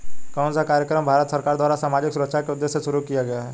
कौन सा कार्यक्रम भारत सरकार द्वारा सामाजिक सुरक्षा के उद्देश्य से शुरू किया गया है?